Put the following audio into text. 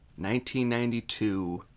1992